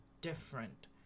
different